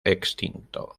extinto